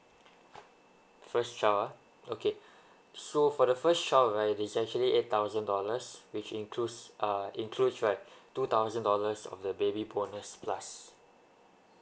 first child ah okay so for the first right it's actually eight thousand dollars which includes uh includes right two thousand dollars of the baby bonus plus